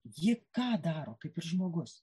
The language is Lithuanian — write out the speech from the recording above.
ji ką daro kaip ir žmogus